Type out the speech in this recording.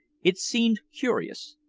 it seemed curious,